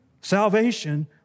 salvation